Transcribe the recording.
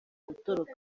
gutoroka